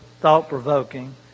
thought-provoking